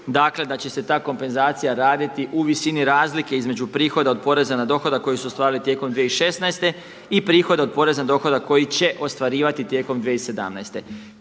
dakle da će se ta kompenzacija raditi u visini razlike između prihoda od poreza na dohodak koji se ostvaruje tijekom 2016. i prihoda od poreza na dohodak koji će ostvarivati tijekom 2017.